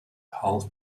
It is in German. half